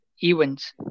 events